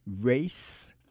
race